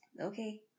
Okay